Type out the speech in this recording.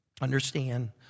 understand